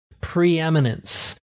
preeminence